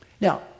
Now